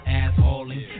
ass-hauling